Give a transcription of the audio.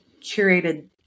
curated